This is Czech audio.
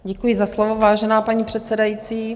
Děkuji za slovo, vážená paní předsedající.